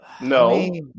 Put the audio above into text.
No